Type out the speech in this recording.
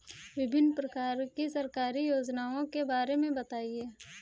विभिन्न प्रकार की सरकारी योजनाओं के बारे में बताइए?